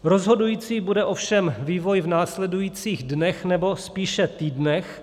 Rozhodující bude ovšem vývoj v následujících dnech, nebo spíše týdnech.